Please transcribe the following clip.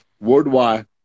worldwide